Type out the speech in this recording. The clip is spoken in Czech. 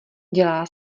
dělá